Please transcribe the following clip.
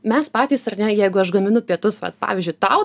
mes patys ar ne jeigu aš gaminu pietus vat pavyzdžiui tau